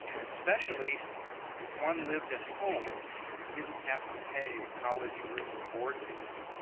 especially if one lived at home and didn't have to pay college room and board fees.